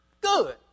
Good